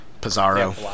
Pizarro